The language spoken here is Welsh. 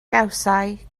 gawsai